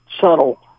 subtle